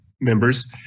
members